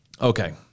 Okay